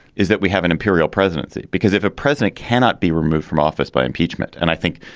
is that we have an imperial presidency, because if a president cannot be removed from office by impeachment, and i think